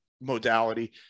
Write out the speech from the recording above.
modality